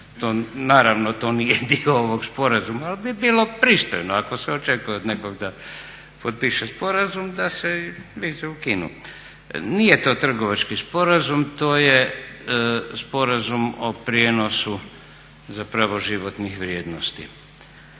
naravno to nije dio ovog sporazuma, ali bi bilo pristojno ako se od nekoga očekuje da potpiše sporazum da se vize ukinu. Nije to trgovački sporazum, to je sporazum o prijenosu zapravo životnih vrijednosti